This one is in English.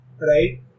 right